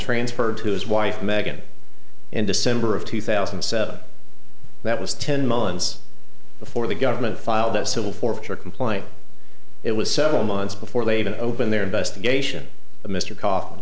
transferred to his wife meggan in december of two thousand and seven that was ten months before the government filed a civil forfeiture complaint it was several months before they even opened their investigation of mr kaufman